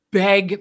beg